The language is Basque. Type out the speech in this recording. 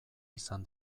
izan